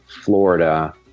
Florida